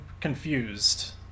confused